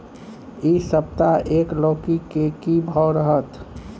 इ सप्ताह एक लौकी के की भाव रहत?